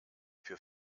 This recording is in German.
für